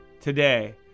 today